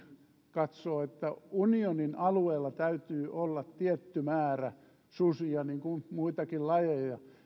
katsoo että unionin alueella täytyy olla tietty määrä susia niin kuin muitakin lajeja ja